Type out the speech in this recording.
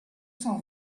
cent